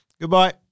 Goodbye